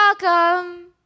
welcome